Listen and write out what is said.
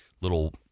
little